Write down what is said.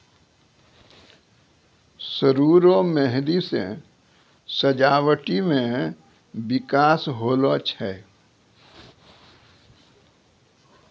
सरु रो मेंहदी से सजावटी मे बिकास होलो छै